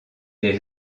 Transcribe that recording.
des